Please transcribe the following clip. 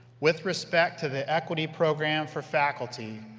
with respect to the equity program for faculty,